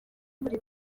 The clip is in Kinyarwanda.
paji